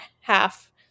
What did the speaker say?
half